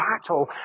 battle